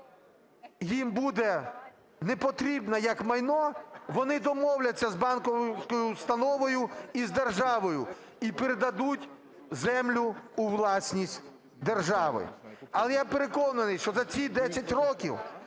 їм буде не потрібна як майно, вони домовляться з банківською установою і з державою і передадуть землю у власність держави. Але я переконаний, що за ці 10 років